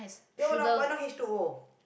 then why not why not H two O